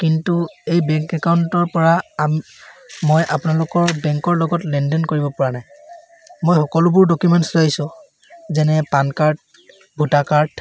কিন্তু এই বেংক একাউণ্টৰপৰা মই আপোনালোকৰ বেংকৰ লগত লেনদেন কৰিব পৰা নাই মই সকলোবোৰ ডকুমেণ্টছ চাইছোঁ যেনে পান কাৰ্ড ভোটাৰ কাৰ্ড